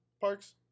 parks